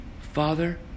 Father